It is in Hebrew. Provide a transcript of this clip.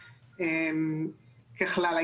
ככלל,